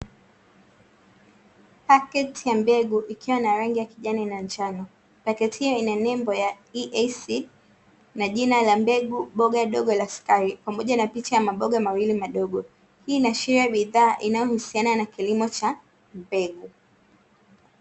Paketi ya mbegu ikiwa na rangi ya kijani na njano. Paketi hii ina nembo ya" EAC" na jina la mbegu boga dogo la sukari, pamoja na picha ya maboga mawili madogo. Hii inaashiria ni bidhaa inayohusiana na kilimo cha mbegu.